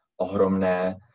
ohromné